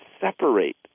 separate